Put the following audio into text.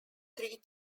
three